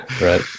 Right